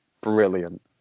brilliant